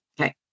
Okay